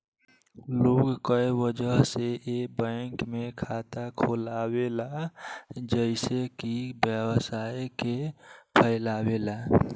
लोग कए वजह से ए बैंक में खाता खोलावेला जइसे कि व्यवसाय के फैलावे ला